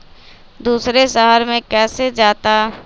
दूसरे शहर मे कैसे जाता?